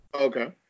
Okay